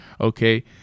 okay